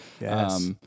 Yes